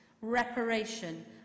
reparation